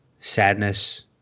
Sadness